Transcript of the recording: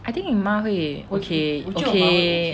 I think 你妈会也 okay okay